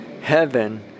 heaven